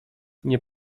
nie